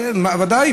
שוודאי,